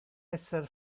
esser